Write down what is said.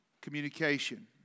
Communication